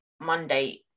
Monday